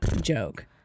joke